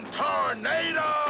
tornado